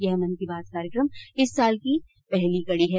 यह मन की बात कार्यक्रम इस साल की पहली कड़ी है